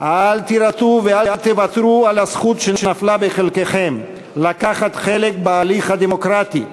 אל תירתעו ואל תוותרו על הזכות שנפלה בחלקכם לקחת חלק בהליך הדמוקרטי,